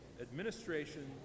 administration